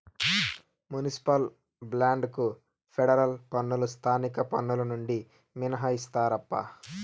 municipal బాండ్లకు federal పన్నులు స్థానిక పన్నులు నుండి మినహాయిస్తారప్పా